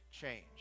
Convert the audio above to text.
change